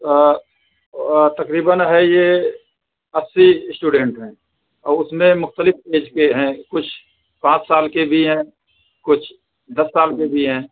تقریباً ہے یہ اسی اسٹوڈنٹ ہیں اور اس میں مختلف ایج کے ہیں کچھ پانچ سال کے بھی ہیں کچھ دس سال کے بھی ہیں